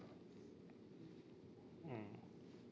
mm